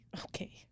Okay